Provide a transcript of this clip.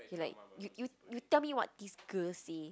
you are like you you you tell me what this girl say